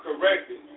corrected